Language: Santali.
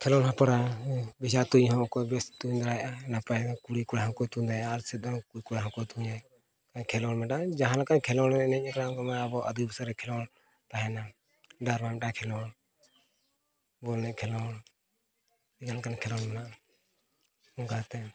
ᱠᱷᱮᱞᱳᱰ ᱦᱮᱯᱨᱟᱣ ᱵᱮᱡᱷᱟ ᱛᱩᱧ ᱦᱚᱸ ᱚᱠᱚᱭ ᱵᱮᱥ ᱛᱩᱧ ᱫᱟᱲᱮᱭᱟᱜ ᱟᱭ ᱱᱟᱯᱟᱭ ᱠᱩᱲᱤ ᱠᱚᱲᱟ ᱦᱚᱸ ᱠᱚ ᱛᱩᱧ ᱫᱟᱲᱮᱭᱟᱜᱼᱟ ᱟᱨ ᱥᱮᱫᱟᱭ ᱩᱱᱠᱩ ᱠᱚᱲᱟ ᱦᱚᱸ ᱛᱩᱧᱟ ᱠᱷᱮᱞᱳᱰ ᱢᱤᱫᱴᱟᱝ ᱡᱟᱦᱟᱸ ᱞᱮᱠᱟ ᱠᱷᱮᱞᱳᱰ ᱮᱱᱮᱡ ᱨᱮ ᱦᱚᱸ ᱟᱵᱚ ᱟᱹᱫᱤᱵᱟᱹᱥᱤ ᱠᱷᱮᱞᱳᱰ ᱛᱟᱦᱮᱱᱟ ᱠᱷᱮᱞᱳᱰ ᱵᱚᱞ ᱮᱱᱮᱡ ᱠᱷᱮᱞᱳᱰ ᱡᱟᱦᱟᱸ ᱞᱮᱠᱟᱱ ᱠᱷᱮᱞᱳᱰ ᱢᱮᱱᱟᱜᱼᱟ ᱚᱱᱠᱟ ᱠᱟᱛᱮᱫ